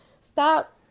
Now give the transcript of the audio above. stop